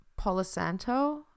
polisanto